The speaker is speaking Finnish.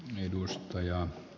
edustaja